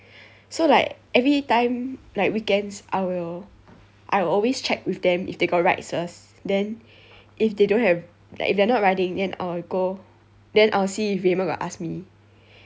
so like every time like weekends I will I will always check with them if they got rides first then if they don't have like if they not riding then I will go then I will see if raymond got ask me